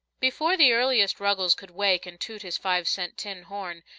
before the earliest ruggles could wake and toot his five-cent tin horn,